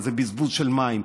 אז זה בזבוז של מים.